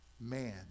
man